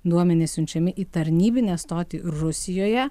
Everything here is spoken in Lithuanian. duomenys siunčiami į tarnybinę stotį rusijoje